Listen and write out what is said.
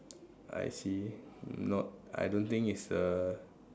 I see not I don't think it's a